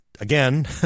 again